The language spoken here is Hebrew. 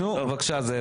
נו, בבקשה, זאב.